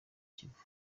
kivu